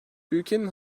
ülkenin